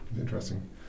interesting